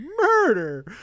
murder